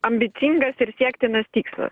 ambicingas ir siektinas tikslas